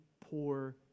poor